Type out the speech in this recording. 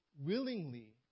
willingly